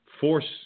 force